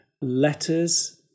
letters